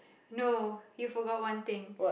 no you forgot one thing